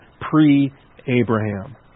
pre-Abraham